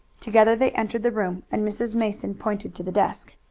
together they entered the room and mrs. mason pointed to the desk.